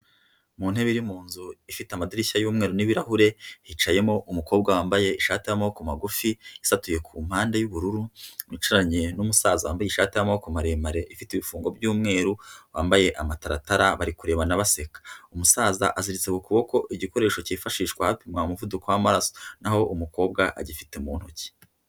Mu ntebe iri mu nzu ifite amadirishya y'umweru n'ibirahure hicayemo umukobwa wambaye ishati y'amaboko magufi isatuye ku mpande y'ubururu, yicaranye n'umusaza wambaye ishati y'amaboko maremare ifite ibifungo by'umweru wambaye amataratara, bari kurebana baseka, umusaza aziritse ku kuboko igikoresho cyifashishwa bapima umuvuduko w'amaraso naho umukobwa agifite mu ntoki.